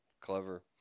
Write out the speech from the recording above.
Clever